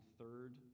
third